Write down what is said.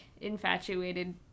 infatuated